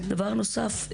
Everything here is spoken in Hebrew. דבר נוסף,